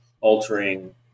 altering